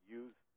use